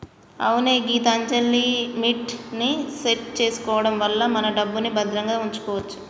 అవునే గీతాంజలిమిట్ ని సెట్ చేసుకోవడం వల్ల మన డబ్బుని భద్రంగా ఉంచుకోవచ్చు